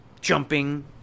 jumping